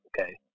Okay